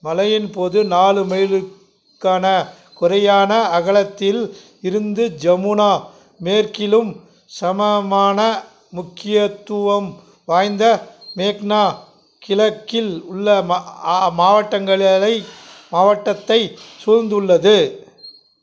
மழையின் போது நாலு மயிலுக்கான குறையான அகலத்தில் இருந்து ஜமுனா மேற்கிலும் சமமான முக்கியத்துவம் வாய்ந்த மேக்னா கிழக்கில் உள்ள மாவட்டங்களை மாவட்டத்தை சூழ்ந்துள்ளது